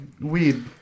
weed